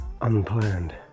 unplanned